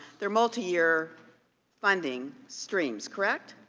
they are multiyear funding streams, correct?